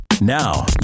Now